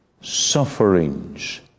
sufferings